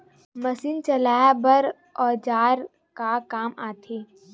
Machine चलाए बर औजार का काम आथे?